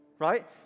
Right